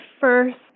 first